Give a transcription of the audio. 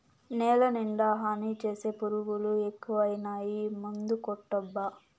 నేలనిండా హాని చేసే పురుగులు ఎక్కువైనాయి మందుకొట్టబ్బా